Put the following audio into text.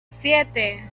siete